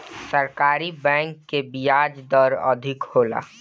सरकारी बैंक कअ बियाज दर अधिका होला